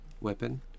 weapon